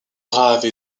brave